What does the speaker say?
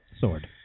Sword